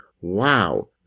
wow